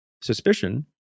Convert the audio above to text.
suspicion